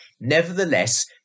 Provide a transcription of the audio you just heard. nevertheless